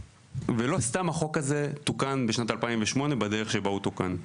ולא סתם החוק הזה תוקן בשנת 2008 בדרך שבה הוא תוקן.